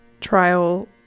trial